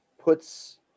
puts